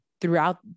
throughout